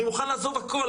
אני מוכן לעזוב הכול,